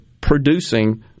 producing